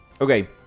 Okay